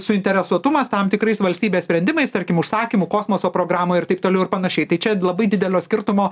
suinteresuotumas tam tikrais valstybės sprendimais tarkim užsakymų kosmoso programa ir taip toliau ir panašiai tai čia labai didelio skirtumo